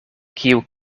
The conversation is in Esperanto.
kiu